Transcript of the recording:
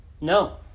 no